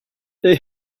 they